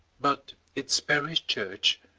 but its parish church,